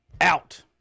Out